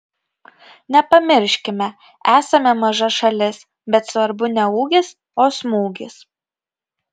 nepamirškime esame maža šalis bet svarbu ne ūgis o smūgis